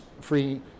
free